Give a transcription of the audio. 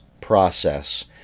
process